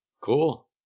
Cool